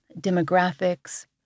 demographics